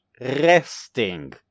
resting